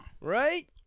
right